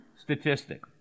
statistic